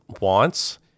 wants